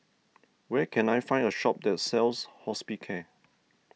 where can I find a shop that sells Hospicare